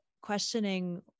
questioning